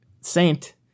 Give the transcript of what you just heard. Saint